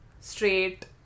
straight